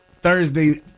Thursday